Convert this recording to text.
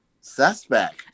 suspect